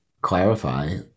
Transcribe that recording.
clarify